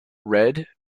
red